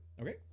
Okay